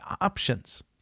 options